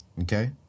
okay